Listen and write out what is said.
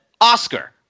Oscar